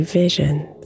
visions